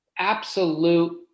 absolute